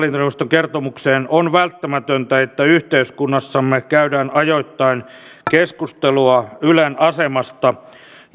kertomukseen on välttämätöntä että yhteiskunnassamme käydään ajoittain keskustelua ylen asemasta